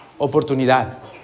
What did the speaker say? oportunidad